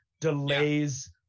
delays